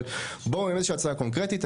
אבל תבואו עם איזה הצעה קונקרטית.